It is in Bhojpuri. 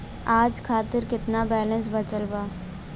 आज खातिर केतना बैलैंस बचल बा?